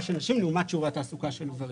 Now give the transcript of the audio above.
של נשים לעומת שיעורי התעסוקה של גברים.